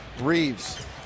Reeves